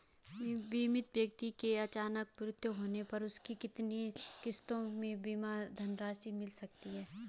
बीमित व्यक्ति के अचानक मृत्यु होने पर उसकी कितनी किश्तों में बीमा धनराशि मिल सकती है?